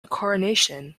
coronation